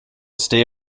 stay